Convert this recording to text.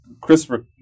Christopher